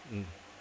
mm